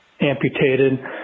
amputated